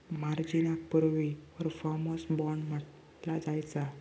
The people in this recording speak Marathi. मार्जिनाक पूर्वी परफॉर्मन्स बाँड म्हटला जायचा